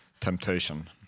temptation